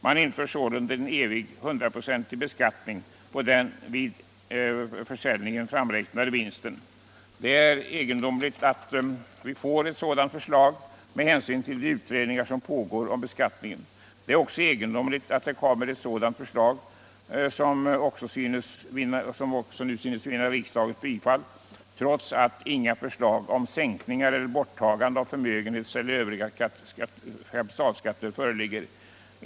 Man inför sålunda en evig 100-procentig beskattning på den vid försäljningen framräknade vinsten. Det är egendomligt att vi får ett sådant förslag med hänsyn till de utredningar som pågår om beskattningen. Det är också egendomligt att det kommer ett sådant förslag, som också nu synes vinna riksdagens bifall, trots att inga förslag om sänkningar eller borttagande av förmögenhetseller övriga kapitalskatter föreligger.